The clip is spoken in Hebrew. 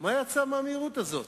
מה יצא מהמהירות הזאת?